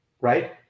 right